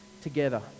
together